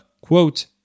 quote